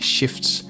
Shifts